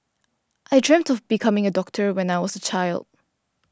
I dreamt of becoming a doctor when I was a child